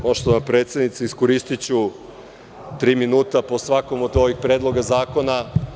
Poštovana predsednice, iskoristiću tri minuta po svakom od ovih predloga zakona.